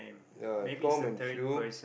uh Tom and Sue